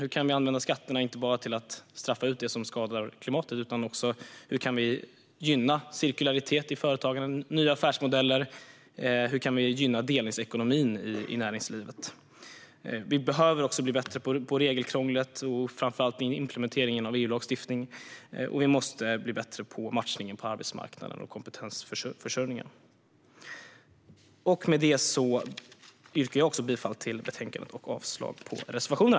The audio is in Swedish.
Hur kan vi använda skatterna inte bara för att straffa ut det som skadar klimatet utan även för att gynna cirkularitet i företagen, nya affärsmodeller och delningsekonomi i näringslivet? Vi behöver också bli bättre på regelkrånglet, framför allt implementeringen av EU-lagstiftning, och vi måste bli bättre på matchning på arbetsmarknaden och på kompetensförsörjning. Med detta yrkar jag också bifall till utskottets förslag och avslag på reservationerna.